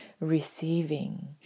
receiving